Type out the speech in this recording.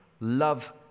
love